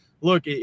Look